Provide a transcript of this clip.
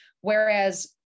whereas